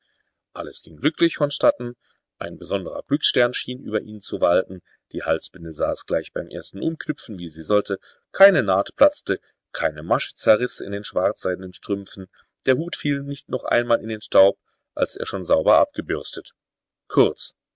alles ging glücklich vonstatten ein besonderer glücksstern schien über ihn zu walten die halsbinde saß gleich beim ersten umknüpfen wie sie sollte keine naht platzte keine masche zerriß in den schwarzseidenen strümpfen der hut fiel nicht noch einmal in den staub als er schon sauber abgebürstet kurz